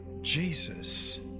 Jesus